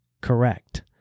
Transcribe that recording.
correct